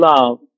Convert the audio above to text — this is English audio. love